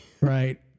Right